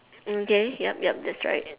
mm okay yup yup that's right